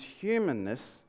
humanness